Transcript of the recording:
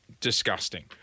disgusting